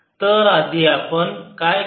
तर आधी आपण काय करणार आहोत